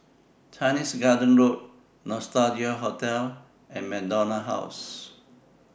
Chinese Garden Road Nostalgia Hotel and MacDonald House